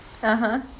(uh huh)